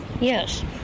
yes